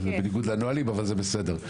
בניגוד לנהלים אבל זה בסדר.